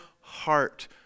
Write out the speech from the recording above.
heart